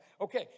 Okay